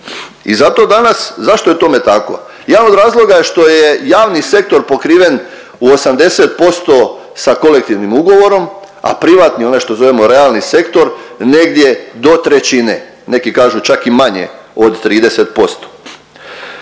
i zato danas, zašto je tome tako? Jedan od razloga je što je javni sektor pokriven u 80% sa kolektivnim ugovorom, a privatni, ono što zovemo realni sektor negdje do trećine, neki kažu čak i manje od 30%.